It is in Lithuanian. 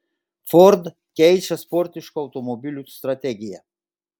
ford keičia sportiškų automobilių strategiją